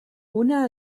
una